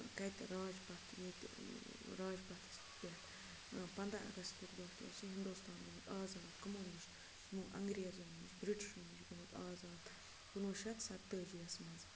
کَتہِ راج پَتھ ییٚتہِ راج پَتھَس پٮ۪ٹھ پَنٛداہ اَگستُک دۄہ کیٛاہ چھِ ہِندوستان گوٚمُت آزاد کَمو نِش یِمو اَنگریزو نِش بِرٛٹِشو نِش گوٚمُت آزاد کُنوُہ شتھ سَتہٕ تٲجیَس مَنٛز